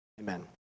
Amen